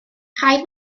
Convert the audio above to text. rhaid